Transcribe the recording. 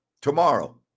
Tomorrow